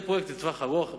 זה פרויקט לטווח ארוך.